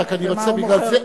רק אני רוצה זה,